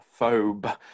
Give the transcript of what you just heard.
phobe